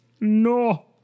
no